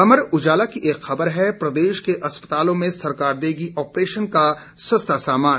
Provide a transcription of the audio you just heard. अमर उजाला की एक खबर है प्रदेश के अस्पतालों में सरकार देगी ऑप्रेशन का सस्ता सामान